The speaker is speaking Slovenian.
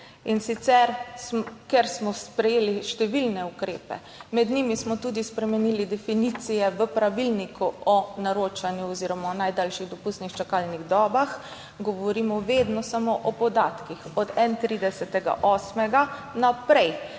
In sicer, ker smo sprejeli številne ukrepe, med njimi smo tudi spremenili definicije v pravilniku o naročanju oziroma o najdaljših dopustnih čakalnih dobah, govorimo vedno samo o podatkih od 31. 8. naprej,